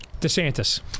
DeSantis